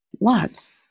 lots